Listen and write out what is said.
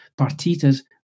partitas